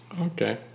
Okay